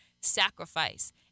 sacrifice